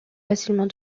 facilement